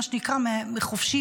מה שנקרא חופשי,